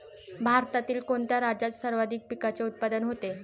भारतातील कोणत्या राज्यात सर्वाधिक पिकाचे उत्पादन होते?